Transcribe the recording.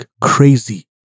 crazy